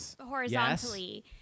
horizontally